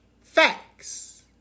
facts